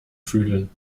fühlen